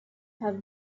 have